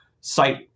site